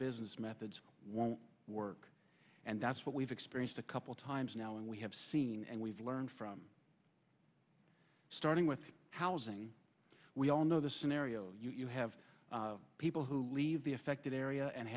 business methods won't work and that's what we've experienced a couple times now and we have seen and we've learned from starting with housing we all know the scenario you have people who leave the affected area and